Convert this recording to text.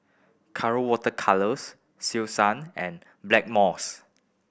Colora Water Colours Selsun and Blackmores